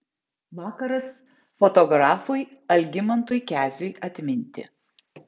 vakaras fotografui algimantui keziui atminti